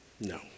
No